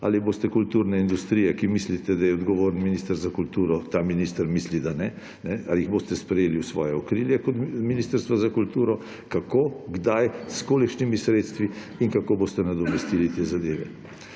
ali boste kulturno industrijo − za katero mislite, da je odgovorni minister za kulturo, a minister misli, da ne −, ali jih boste sprejeli v svoje okrilje kot Ministrstvo za kulturo. Kako, kdaj, s kolikšnimi sredstvi in kako boste nadomestili te zadeve?